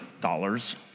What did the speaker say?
dollars